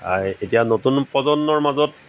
এই এতিয়া নতুন প্ৰজন্মৰ মাজত